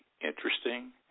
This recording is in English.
interesting